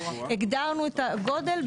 הגדרנו את הגודל,